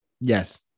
Yes